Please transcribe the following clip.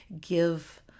give